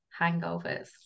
hangovers